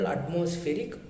Atmospheric